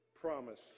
promise